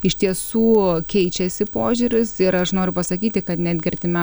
iš tiesų keičiasi požiūris ir aš noriu pasakyti kad netgi artimia